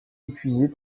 épuisé